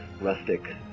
rustic